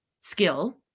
skill